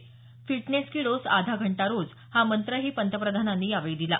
fitness की dose आधा घंटा रोज हा मंत्रही पंतप्रधानांनी यावेळी दिला